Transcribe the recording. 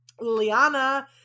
Liana